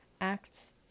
Acts